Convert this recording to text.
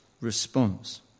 response